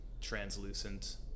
translucent